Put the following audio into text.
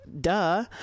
Duh